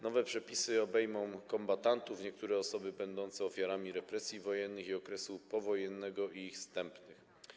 Nowe przepisy obejmą kombatantów, niektóre osoby będące ofiarami represji wojennych i okresu powojennego i ich zstępnych.